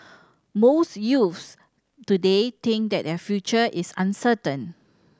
most youths today think that their future is uncertain